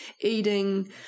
eating